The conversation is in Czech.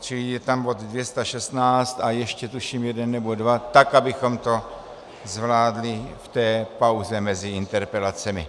Čili je tam bod 216 a ještě tuším jeden nebo dva, tak abychom to zvládli v té pauze mezi interpelacemi.